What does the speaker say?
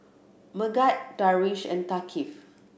Megat Darwish and Thaqif